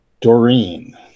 Doreen